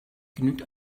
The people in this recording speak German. genügt